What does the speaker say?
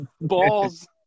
balls